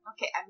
Okay